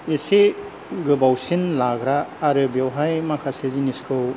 इसे गोबावसिन लाग्रा आरो बेयावहाय माखासे जिनिसखौ